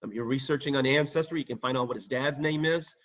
um you're researching on ancestry, can find out what his dad's name is.